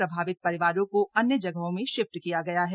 प्रभावित परिवारों को अन्य जगहों में शिफ्ट किया गया है